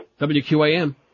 WQAM